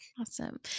Awesome